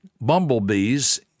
bumblebees